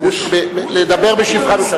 לדבר בשבחה,